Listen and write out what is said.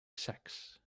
sacks